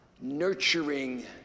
nurturing